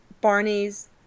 Barney's